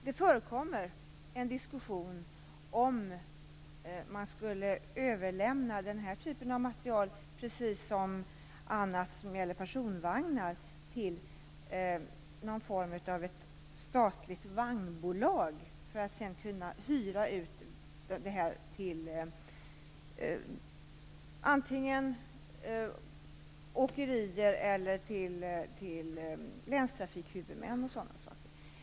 Det förekommer en diskussion i frågan om man skulle överlämna den här typen av materiel liksom även personvagnar till ett slags statligt vagnbolag, som sedan kan hyra ut materielen antingen till åkerier eller t.ex. till länstrafikhuvudmän.